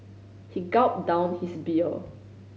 he gulped down his beer